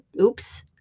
Oops